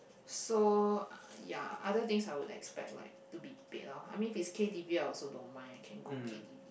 so ya other things I would expect like to be paid lor I mean if it's K T_V I also don't mind can go K T_V